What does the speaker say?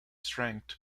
strength